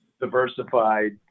diversified